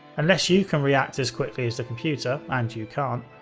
unless you can react as quickly as the computer, and you can't,